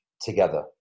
together